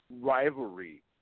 rivalry